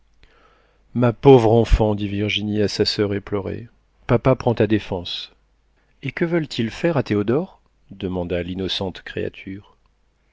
ma pauvre enfant dit virginie à sa soeur éplorée papa prend ta défense et que veulent-ils faire à théodore demanda l'innocente créature